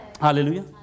Hallelujah